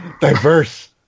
Diverse